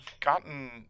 gotten